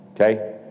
okay